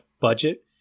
budget